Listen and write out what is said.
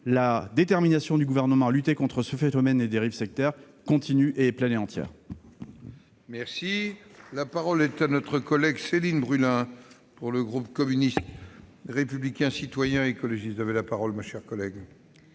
La détermination du Gouvernement à lutter contre le phénomène des dérives sectaires reste pleine et entière.